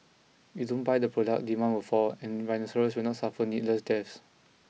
if we don't buy the product demand will fall and rhinoceroses will not suffer needless deaths